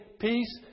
peace